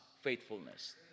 faithfulness